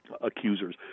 accusers